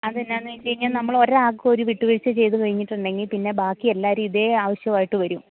അത് എന്താണെന്ന് ചോദിച്ചു കഴിഞ്ഞാൽ നമ്മൾ ഒരാൾക്ക് ഒരു വിട്ടുവീഴ്ച്ച ചെയ്തു കഴിഞ്ഞിട്ടുണ്ടെങ്കിൽ പിന്നെ ബാക്കി എല്ലാവരും ഇതേ ആവശ്യമായിട്ട് വരും